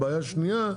בעיה שניה,